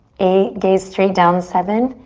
eight, gaze straight down. seven,